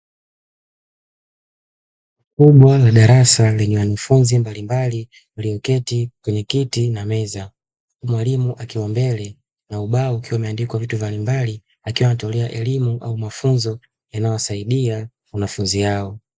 Chumba la darasa lenye wanafunzi mbalimbali walioketi kwenye kiti na meza. Mwalimu akiwa mbele na ubao ukiwa umeandikwa vitu mbalimbali akiwa anatolea elimu au mafunzo yanayowasaidia wanafunzi hao.